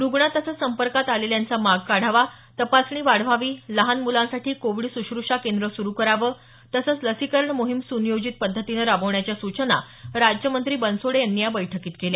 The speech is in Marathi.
रुग्ण तसंच संपर्कात आलेल्यांचा माग काढावा तपासणी वाढवावी लहान मुलांसाठी कोविड सुश्रूषा केंद्र सुरु करावं तसंच लसीकरण मोहीम सुनियोजित पद्धतीनं राबवण्याच्या सूचना राज्यमंत्री बनसोडे यांनी या बैठकीत केल्या